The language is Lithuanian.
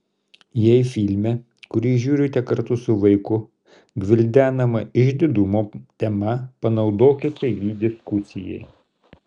jei filme kurį žiūrite kartu su vaiku gvildenama išdidumo tema panaudokite jį diskusijai